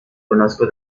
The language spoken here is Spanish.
conozco